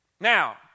Now